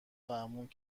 فهموند